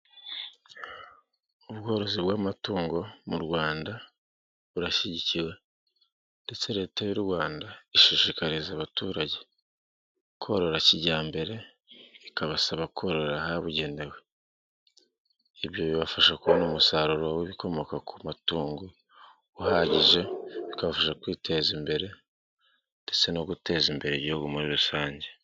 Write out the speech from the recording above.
Ubworozi bw'amatungo mu Rwanda burashyigikiwe ndetse leta y'u Rwanda ishishikariza abaturage korora kijyambere, ikabasaba kororera ahabugenewe, bibafasha kubona umusaruro w'ibikomoka ku matungo uhagije, bikabafasha kwiteza imbere ndetse no guteza imbere igihugu muri rusange.